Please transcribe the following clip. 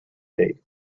date